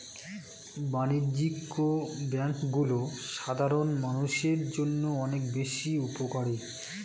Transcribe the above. বাণিজ্যিক ব্যাংকগুলো সাধারণ মানুষের জন্য অনেক বেশি উপকারী